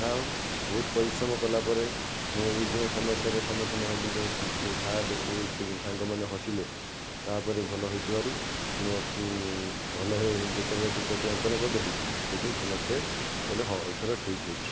ଯା ହଉ ବହୁତ ପରିଶ୍ରମ କଲା ପରେ ମୁଁ ଏ ଯେଉଁ ସମସ୍ୟାରେ ସମ୍ମୁଖୀନ ହେଲି ଯେଉଁ ସାର୍ ସାଙ୍ଗମାନେ ହସିଲେ ତା ପରେ ଭଲ ହୋଇଥିବାରୁ ମୁଁ ଭଲ ଯେତେବେଳେ ଚିତ୍ରଟି ଅଙ୍କନ କରିଦେଲି ସେଠୁ ସମସ୍ତେ କହିଲେ ହଁ ଏଥର ଠିକ୍ ହୋଇଛି